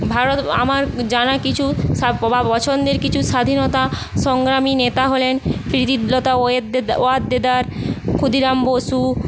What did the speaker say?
ভারত আমার জানা কিছু সা বা পছন্দের কিছু স্বাধীনতা সংগ্রামী নেতা হলেন প্রীতিলতা ওয়েদ্দে ওয়াদ্দেদার ক্ষুদিরাম বসু